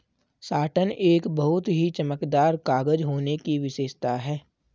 satin एक बहुत ही चमकदार कागज होने की विशेषता है